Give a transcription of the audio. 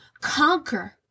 conquer